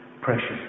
precious